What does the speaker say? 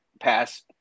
pass